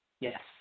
Yes